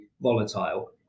volatile